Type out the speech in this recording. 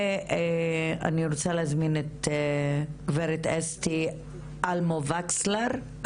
ואני רוצה להזמין את גב' אסתי אלמו וקסלר.